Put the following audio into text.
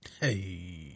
Hey